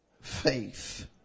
faith